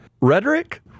Rhetoric